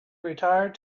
retired